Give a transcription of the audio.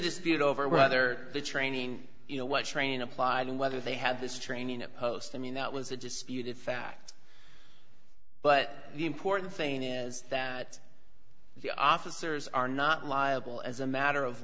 dispute over whether the training you know what strain applied and whether they have this training post i mean that was a disputed fact but the important thing is that the officers are not liable as a matter of